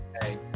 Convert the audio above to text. hey